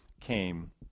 came